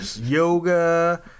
yoga